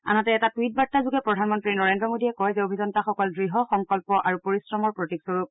আনহাতে এটা টুইট বাৰ্তাযোগে প্ৰধানমন্ত্ৰী নৰেন্দ্ৰ মোদীয়ে কয় যে অভিযন্তাসকল দঢ় সংকল্প আৰু পৰিশ্ৰমৰ প্ৰতীকস্বৰূপ